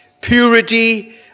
purity